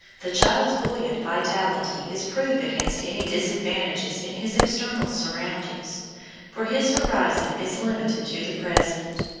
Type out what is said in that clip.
the child's buoyant vitality is proof against any disadvantages in his external surroundings for his horizon is limited to the present.